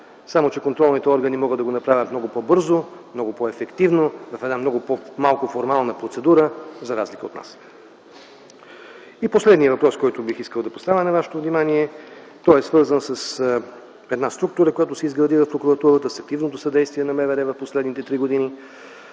Само че контролните органи могат да го направят много по-бързо, много по-ефективно, в една много по-малко формална процедура за разлика от нас. И последният въпрос, който бих искал да поставя на вашето внимание, е свързан със структура, която се изгради в прокуратурата с активното съдействие на МВР през последните три години